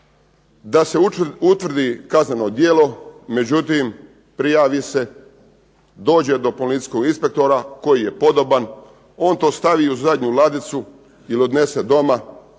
da se utvrdi kazneno djelo. Međutim, prijavi se, dođe do policijskog inspektora koji je podoban. On to stavi u zadnju ladicu ili odnese doma